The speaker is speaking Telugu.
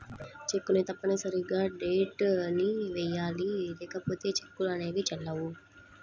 చెక్కును తప్పనిసరిగా డేట్ ని వెయ్యాలి లేకపోతే చెక్కులు అనేవి చెల్లవు